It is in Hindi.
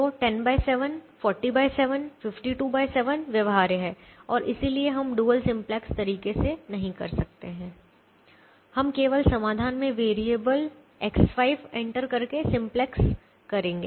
तो 107 407 527 व्यवहार्य है और इसलिए हम डुअल सिंपलेक्स तरीके से नहीं कर सकते हैं हम केवल समाधान में वेरिएबल X5 एंटर करके सिंपलेक्स करेंगे